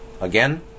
Again